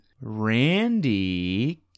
Randy